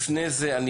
לפני כן,